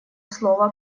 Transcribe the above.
слово